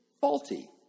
faulty